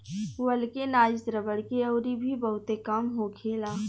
vulcanise रबड़ के अउरी भी बहुते काम होखेला